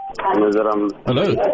Hello